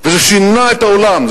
וזה שינה את העולם,